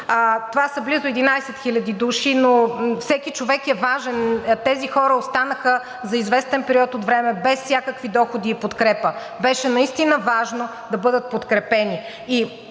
това са близо 11 000 души, но всеки човек е важен, тези хора останаха за известен период от време без всякакви доходи и подкрепа. Беше наистина важно да бъдат подкрепени.